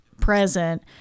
present